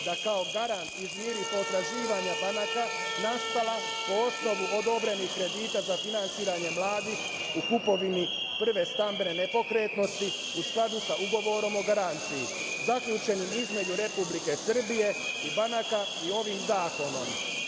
da kao garant izmiri potraživanja banaka nastala po osnovu odobrenih kredita za finansiranje mladih u kupovini prve stambene nepokretnosti u skladu sa ugovorom o garanciji zaključenim između Republike Srbije i banaka i ovim zakonom. Ukupan